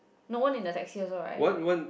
no one in the taxi also right